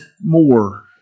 more